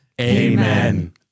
Amen